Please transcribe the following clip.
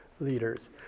leaders